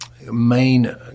main